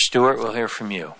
stuart will hear from you